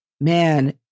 man